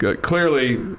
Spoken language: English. clearly